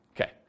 Okay